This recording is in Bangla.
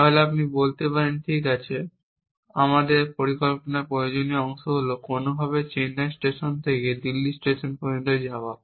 তাহলে আপনি বলতে পারেন ঠিক আছে আমাদের পরিকল্পনার প্রয়োজনীয় অংশ হল কোনোভাবে চেন্নাই স্টেশন থেকে দিল্লি স্টেশন পর্যন্ত যাওয়া